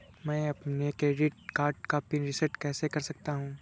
मैं अपने credit card का पिन रिसेट कैसे कर सकता हूँ?